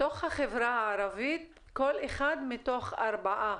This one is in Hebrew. בתוך החברה הערבית כל אחד מתוך ארבעה.